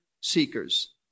seekers